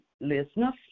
Listeners